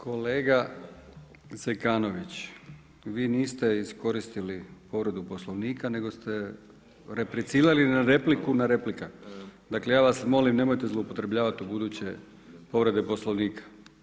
Kolega Zekanović, vi niste iskoristili povredu poslovnika, nego ste replicirali na repliku na replika, dakle, ja vas molim nemojte zloupotrijebit ubuduće povrede poslovnika.